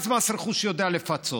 אז מס רכוש יודע לפצות.